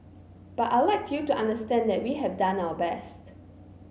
but I'd like you to understand that we have done our best